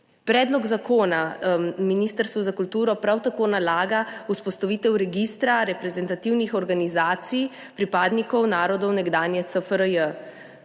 Predlog zakona Ministrstvu za kulturo prav tako nalaga vzpostavitev registra reprezentativnih organizacij pripadnikov narodov nekdanje SFRJ.